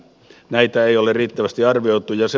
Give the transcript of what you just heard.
näitä ei ole riittävästi arvioitu